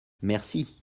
merci